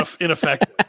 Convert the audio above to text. ineffective